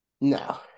no